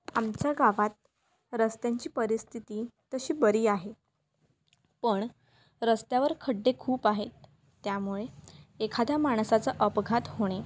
आमच्या गावात रस्त्यांची परिस्थिती तशी बरी आहे पण रस्त्यावर खड्डे खूप आहेत त्यामुळे एखाद्या माणसाचा अपघात होणे